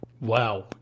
wow